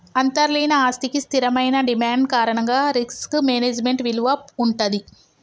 అంతర్లీన ఆస్తికి స్థిరమైన డిమాండ్ కారణంగా రిస్క్ మేనేజ్మెంట్ విలువ వుంటది